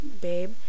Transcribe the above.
babe